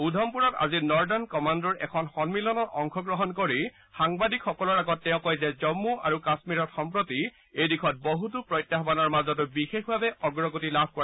উধামপুৰত আজি নৰ্ডাৰ্ণ কমাণুৰ এখন সন্মিলনত অংশগ্ৰহণ কৰি সাংবাদিকসকলৰ আগত তেওঁ কয় যে জম্মু আৰু কামীৰত সম্প্ৰতি এই দিশত বহুতো প্ৰত্যাহানৰ মাজতো বিশেষভাৱে অগ্ৰগতি লাভ কৰা হৈছে